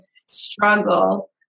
struggle